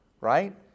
Right